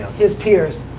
his peers.